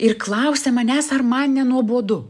ir klausia manęs ar man nenuobodu